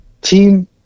Team